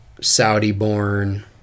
Saudi-born